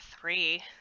three